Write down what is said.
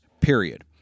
period